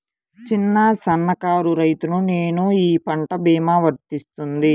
చిన్న సన్న కారు రైతును నేను ఈ పంట భీమా వర్తిస్తుంది?